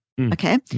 okay